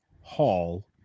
Hall